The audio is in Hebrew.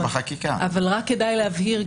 כדאי להבהיר,